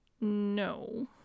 No